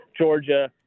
Georgia